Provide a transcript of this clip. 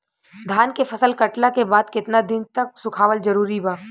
धान के फसल कटला के बाद केतना दिन तक सुखावल जरूरी बा?